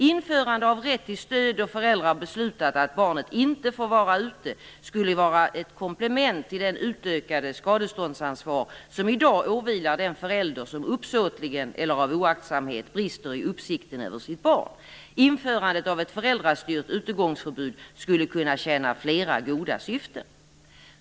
Införande av rätt till stöd då föräldrar beslutat att barnet inte får vara ute skulle vara ett komplement till det utökade skadeståndsansvar som i dag åvilar den förälder som uppsåtligen eller av oaktsamhet brister i uppsikten över sitt barn. Införandet av ett föräldrastyrt utegångsförbud skulle kunna tjäna flera goda syften.